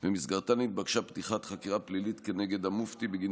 ובמסגרתן התבקשה פתיחת חקירה פלילית כנגד המופתי בגין